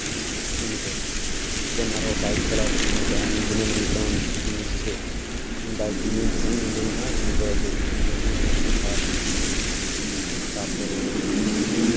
ᱩᱱᱤ ᱫᱚ ᱚᱱᱠᱟᱱ ᱟᱨᱚ ᱵᱟᱭᱤᱠ ᱪᱟᱞᱟᱣ ᱥᱚᱢᱚᱭ ᱫᱚ ᱟᱢ ᱜᱩᱱᱟᱹᱱᱟᱹᱱ ᱦᱩᱭᱩᱜ ᱛᱟᱢᱟ ᱢᱤᱫᱴᱮᱡ ᱡᱤᱱᱤᱥ ᱪᱮᱫ ᱵᱟᱭᱤᱠ ᱱᱤᱭᱮ ᱡᱚᱠᱷᱚᱱᱤᱧ ᱩᱰᱩᱠᱚᱜᱼᱟ ᱤᱧᱫᱚ ᱪᱮᱫ ᱜᱟᱹᱰᱤ ᱨᱮᱱᱟᱜ ᱯᱮᱯᱟᱨᱥ ᱛᱟᱨᱯᱚᱨᱮ